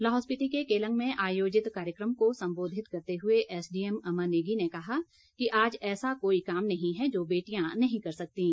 लाहौल स्पीति के केलंग में आयोजित कार्यक्रम को संबोधित करते हुए एसडीएम अमर नेगी ने कहा कि आज ऐसा कोई काम नहीं है जो बेटियां नहीं कर सकतीं